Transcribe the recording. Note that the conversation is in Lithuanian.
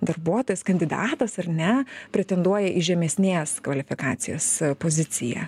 darbuotojas kandidatas ar ne pretenduoja į žemesnės kvalifikacijos poziciją